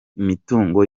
imitungo